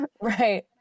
Right